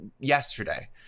Yesterday